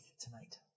tonight